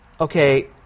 okay